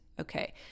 Okay